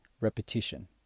repetition